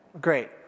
great